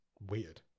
weird